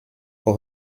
for